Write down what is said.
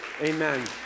amen